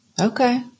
Okay